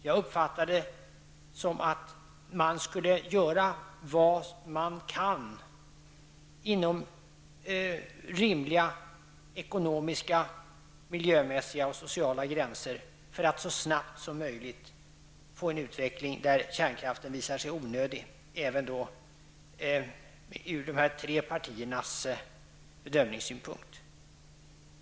Jag uppfattade det som att man skulle göra vad man kan inom rimliga ekonomiska, miljömässiga och sociala gränser för att så snabbt som möjligt få en utveckling där kärnkraften visar sig onödig, även från de tre partiernas bedömningssynpunkt.